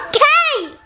ah okay!